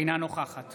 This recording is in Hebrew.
אינה נוכחת